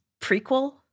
prequel